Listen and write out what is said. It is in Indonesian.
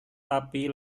tapi